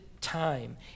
time